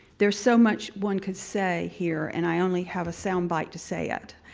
there's so much one could say here and i only have a sound bite to say it,